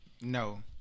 No